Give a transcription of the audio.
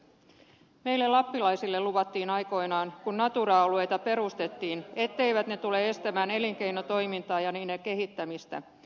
meille lappilaisille luvattiin aikoinaan kun natura alueita perustettiin etteivät ne tule estämään elinkeinotoimintaa ja niiden kehittämistä